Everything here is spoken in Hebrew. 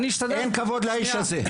אין כבוד לאיש הזה.